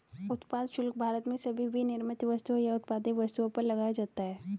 उत्पाद शुल्क भारत में सभी विनिर्मित वस्तुओं या उत्पादित वस्तुओं पर लगाया जाता है